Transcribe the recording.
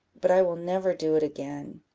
but i will never do it again.